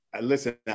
listen